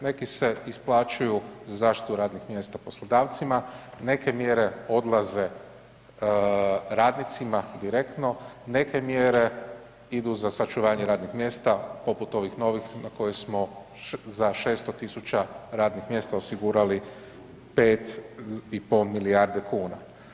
Neki se isplaćuju za zaštitu radnih mjesta poslodavcima, neke mjere odlaze radnicima direktno, neke mjere idu za sačuvanje radnih mjesta poput ovih novih na koje smo za 600 tisuća radnih mjesta osigurali 5,5 milijarde kuna.